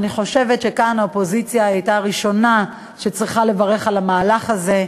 אני חושבת שכאן האופוזיציה הייתה הראשונה שצריכה לברך על המהלך הזה,